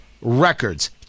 records